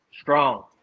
strong